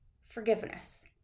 forgiveness